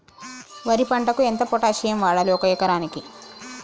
వరి పంటకు ఎంత పొటాషియం వాడాలి ఒక ఎకరానికి?